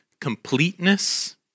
completeness